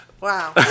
wow